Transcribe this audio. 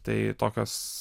tai tokios